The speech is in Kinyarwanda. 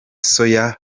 soya